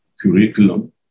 curriculum